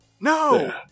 No